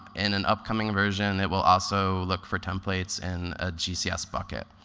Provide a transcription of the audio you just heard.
in an upcoming version it will also look for templates in a gcs bucket.